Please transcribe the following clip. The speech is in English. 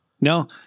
No